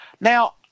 Now